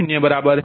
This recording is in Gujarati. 0 0